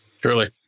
Truly